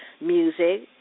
music